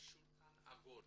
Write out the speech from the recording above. שולחן עגול